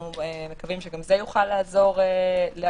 אנחנו מקווים שגם זה יוכל לעזור להזרים